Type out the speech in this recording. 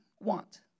want